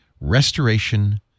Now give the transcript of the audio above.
Restoration